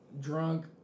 drunk